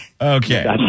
okay